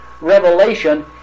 Revelation